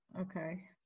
Okay